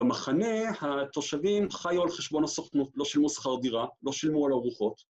במחנה, התושבים חיו על חשבון הסוכנות, לא שילמו שכר דירה, לא שילמו על ארוחות.